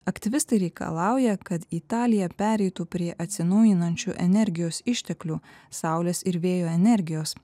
aktyvistai reikalauja kad italija pereitų prie atsinaujinančių energijos išteklių saulės ir vėjo energijos